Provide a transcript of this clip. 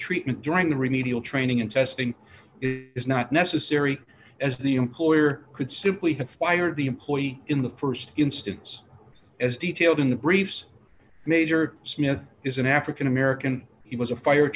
treatment during the remedial training in testing it is not necessary as the employer could simply have fired the employee in the st instance as detailed in the briefs major smith is an african american he was a fire